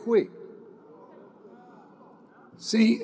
quick see